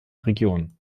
region